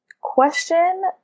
question